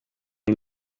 iyi